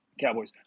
Cowboys